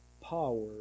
power